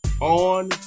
on